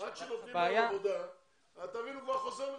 שנותנים לו עבודה הוא כבר חוזר לחו"ל.